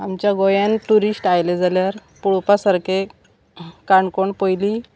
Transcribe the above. आमच्या गोंयान ट्युरिस्ट आयलें जाल्यार पळोवपा सारकें काणकोण पयलीं